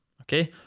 okay